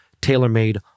tailor-made